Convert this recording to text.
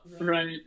Right